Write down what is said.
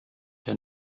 der